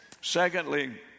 Secondly